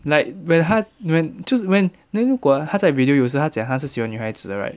like when 他 when 就是 when then 如果他在 video 有时他讲他是喜欢女孩子的 right